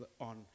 on